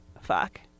fuck